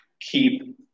Keep